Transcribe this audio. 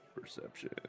Perception